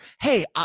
hey